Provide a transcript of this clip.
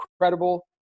incredible